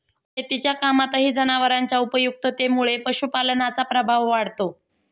शेतीच्या कामातही जनावरांच्या उपयुक्ततेमुळे पशुपालनाचा प्रभाव वाढतो